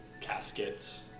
caskets